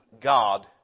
God